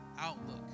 Outlook